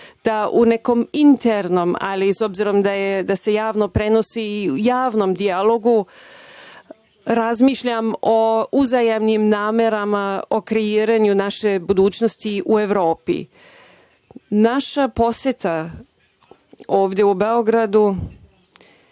da u nekom internom, ali s obzirom da se javno prenosi i u javnom dijalogu razmišljam o uzajamnim namerama o kreiranju naše budućnosti u Evropi. Naša poseta ovde u Beogradu